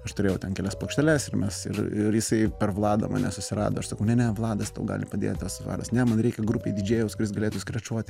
aš turėjau ten kelias plokšteles ir mes ir ir jisai per vladą mane susirado aš sakau ne ne vladas tau gali padėt tas svaras ne man reikia grupei didžėjaus kuris galėtų skračuoti